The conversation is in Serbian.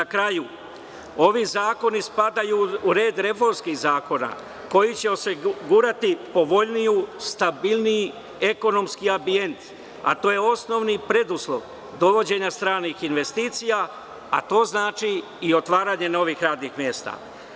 Na kraju, ovi zakoni spadaju u red reformskih zakona koji će osigurati povoljniji, stabilniji ekonomski ambijent, a to je osnovni preduslov dovođenja stranih investicija, a to znači i otvaranje novih radnih mesta.